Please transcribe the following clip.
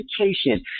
education